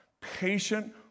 patient